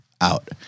out